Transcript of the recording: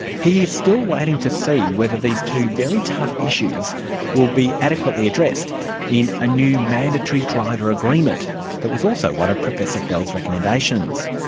he is still waiting to see whether these two very tough issues will be adequately addressed in a new mandatory driver agreement that was also one of professor fels' recommendations.